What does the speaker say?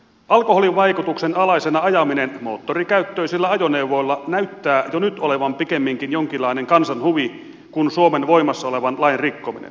alkoholin vaikutuksena ajaminen moottorikäyttöisellä ajoneuvolla näyttää jo nyt olevan pikemminkin jonkinlainen kansanhuvi kuin suomessa voimassa olevan lain rikkomista